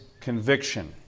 conviction